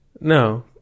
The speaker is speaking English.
No